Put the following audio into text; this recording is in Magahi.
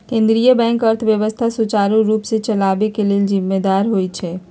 केंद्रीय बैंक अर्थव्यवस्था सुचारू रूप से चलाबे के लेल जिम्मेदार होइ छइ